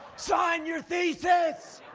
sign your thesis!